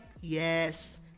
Yes